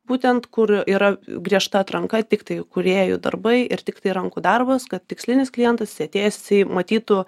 būtent kur yra griežta atranka tiktai kūrėjų darbai ir tik tai rankų darbas kad tikslinis klientas jisai atėjęs jisai matytų